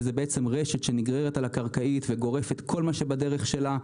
שזה בעצם רשת שנגררת על הקרקעית וגורפת כל מה שבדרך שלה,